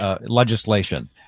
legislation